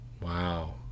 Wow